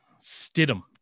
Stidham